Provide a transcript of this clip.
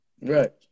Right